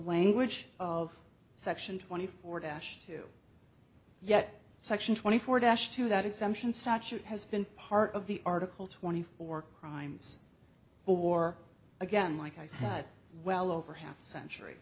language of section twenty four dash two yet section twenty four dash two that exemption statute has been part of the article twenty four crimes or again like i said well over half a century